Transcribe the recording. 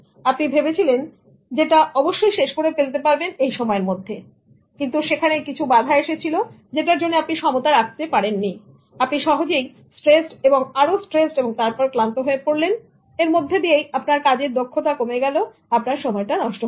আপনি ভেবেছিলেন যেটা অবশ্যই শেষ করে ফেলতে পারবেন এই সময়ের মধ্যে কিন্তু সেখানে কিছু বাধা এসেছিল যেটার জন্য আপনি সমতা রাখতে পারেননি সুতরাং আপনি সহজেই স্ট্রেসড এবং আরো স্ট্রেসড এবং তারপর ক্লান্ত হয়ে পড়লেন এর মধ্যে দিয়েই আপনার কাজের দক্ষতা কমে গেল আপনার সময়টা নষ্ট হলো